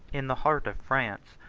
in the heart of france,